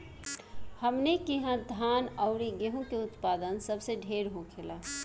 हमनी किहा धान अउरी गेंहू के उत्पदान सबसे ढेर होखेला